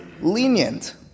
lenient